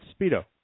Speedo